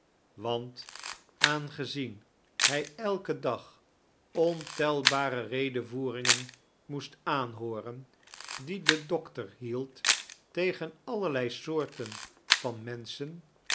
want aangezien hij elken dag ontelbare redevoeringen moest aanhooren die d doctor hield tegen allerlei sworten van menschem